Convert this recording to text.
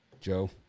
Joe